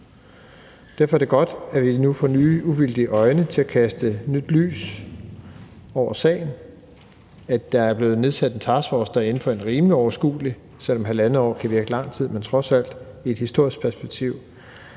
Derfor er det godt, at vi nu får nye uvildige øjne til at kaste nyt lys over sagen, og at der er blevet nedsat en taskforce, der inden for en rimelig overskuelig tid – selv om halvandet år kan virke som lang tid, men trods alt i et historisk perspektiv